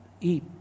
Eat